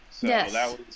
Yes